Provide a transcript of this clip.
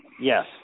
Yes